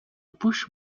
push